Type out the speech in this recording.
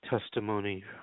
testimony